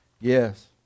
Yes